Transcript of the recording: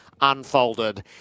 unfolded